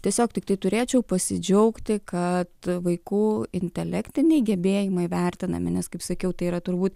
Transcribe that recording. tiesiog tiktai turėčiau pasidžiaugti kad vaikų intelektiniai gebėjimai vertinami nes kaip sakiau tai yra turbūt